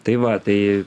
tai va tai